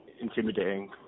intimidating